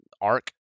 arc